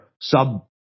sub